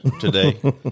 today